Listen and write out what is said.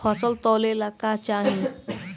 फसल तौले ला का चाही?